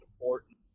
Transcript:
important